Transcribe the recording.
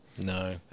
no